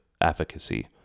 efficacy